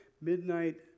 midnight